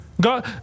God